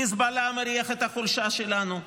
חיזבאללה מריח את החולשה שלנו,